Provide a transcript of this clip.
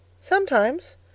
Sometimes